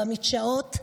במדשאות.